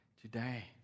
today